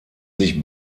sich